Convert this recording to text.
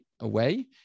away